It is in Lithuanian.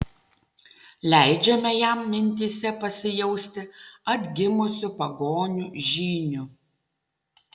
leidžiame jam mintyse pasijausti atgimusiu pagonių žyniu